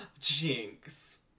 Jinx